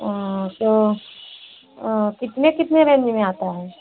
हाँ तो कितने कितने रेंज में आता है